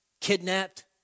kidnapped